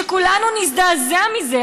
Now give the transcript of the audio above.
שכולנו נזדעזע מזה.